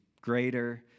greater